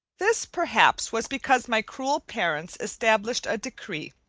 this, perhaps, was because my cruel parents established a decree,